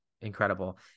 incredible